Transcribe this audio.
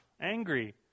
angry